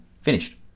finished